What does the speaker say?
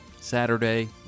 Saturday